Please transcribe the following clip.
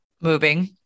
Moving